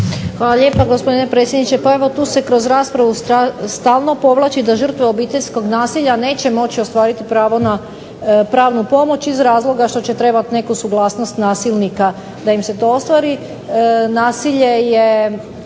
Hvala lijepa gospodine predsjedniče. Pa evo tu se kroz raspravu stalno povlači da žrtve obiteljskog nasilja neće moći ostvariti pravo na pravnu pomoć iz razloga što će trebati neku suglasnost nasilnika da im se to ostvari. Nasilje je